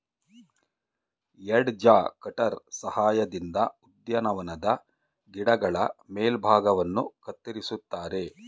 edge cutter ಸಹಾಯದಿಂದ ಉದ್ಯಾನವನದ ಗಿಡಗಳ ಮೇಲ್ಭಾಗವನ್ನು ಕತ್ತರಿಸುತ್ತಾರೆ